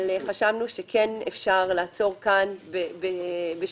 אבל חשבנו שכן אפשר לעצור כאן בשאיפה